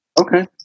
Okay